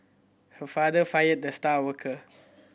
her father fired the star worker